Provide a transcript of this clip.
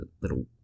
little